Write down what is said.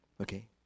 Okay